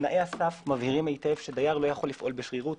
תנאי הסף מבהירים היטב שדייר לא יכול לפעול בשרירות